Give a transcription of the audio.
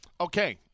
okay